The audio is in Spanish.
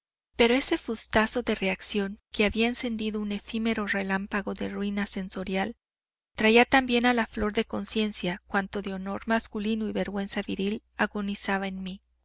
pero ese fustazo de reacción que había encendido un efímero relámpago de ruina sensorial traía también a flor de conciencia cuanto de honor masculino y vergüenza viril agonizaba en mí